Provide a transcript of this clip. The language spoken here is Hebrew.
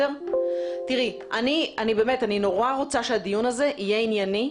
אני מאוד רוצה שהדיון הזה יהיה ענייני.